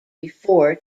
before